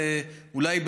אולי,